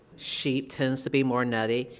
sheep tends to be more nutty,